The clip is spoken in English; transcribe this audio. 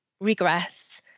regress